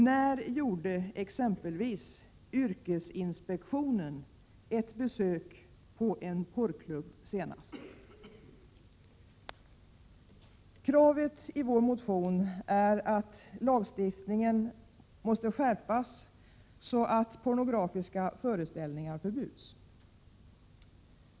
När gjorde exempelvis yrkesinspektionen ett besök på en porrklubb senast? Kravet i vår motion är att lagstiftningen måste skärpas så att pornografiska föreställningar förbjuds.